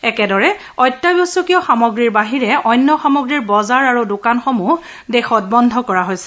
একেদৰে অত্যাৱশ্যকীয় সামগ্ৰীৰ বাহিৰে অন্য সামগ্ৰীৰ বজাৰ আৰু দোকানসমূহ বন্ধ কৰা হৈছে